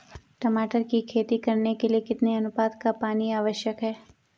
टमाटर की खेती करने के लिए कितने अनुपात का पानी आवश्यक है?